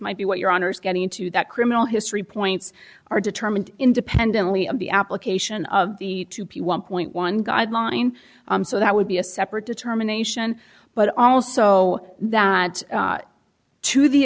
might be what your honour's getting into that criminal history points are determined independently of the application of the two p one point one guideline so that would be a separate determination but also that to the